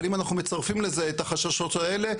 אבל אם אנחנו מצרפים לזה את החששות האלה,